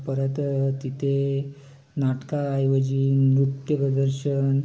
परत तिथे नाटकाऐवजी नृत्य प्रदर्शन